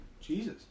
Jesus